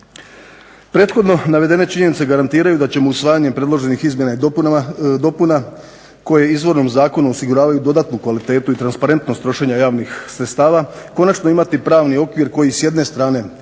Prethodno navedene činjenice garantiraju da ćemo usvajanjem predloženih izmjena i dopuna koje izvornom zakonu osiguravaju dodatnu kvalitetu i transparentnost trošenja javnih sredstava, konačno imati pravni okvir koji s jedne strane